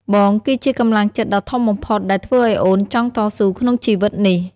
បងគឺជាកម្លាំងចិត្តដ៏ធំបំផុតដែលធ្វើឱ្យអូនចង់តស៊ូក្នុងជីវិតនេះ។